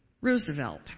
Roosevelt